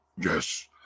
yes